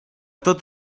tot